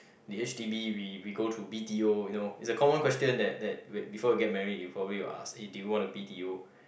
the H_d_B we we go through B_t_O you know it's a common question that that wh~ before you get married you probably will ask eh do you want to B_t_O